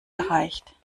erreicht